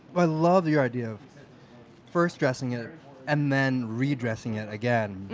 i love your idea of first dressing it and then re-dressing it again.